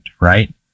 right